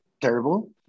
terrible